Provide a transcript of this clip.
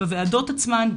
בוועדות עצמן,